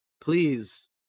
please